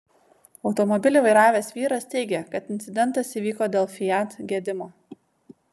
automobilį vairavęs vyras teigė kad incidentas įvyko dėl fiat gedimo